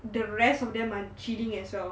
the rest of them are chilling as well